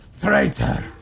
traitor